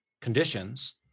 conditions